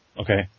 Okay